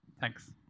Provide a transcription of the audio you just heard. thanks